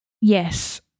yes